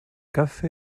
kafe